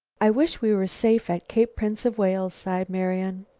i wish we were safe at cape prince of wales, sighed marian.